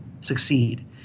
succeed